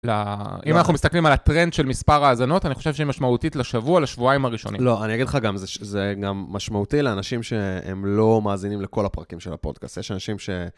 אם אנחנו מסתכלים על הטרנד של מספר האזנות, אני חושב שהיא משמעותית לשבוע, לשבועיים הראשונים. לא, אני אגיד לך גם, זה גם משמעותי לאנשים שהם לא מאזינים לכל הפרקים של הפודקאסט. יש אנשים ש...